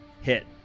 Hit